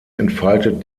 entfaltet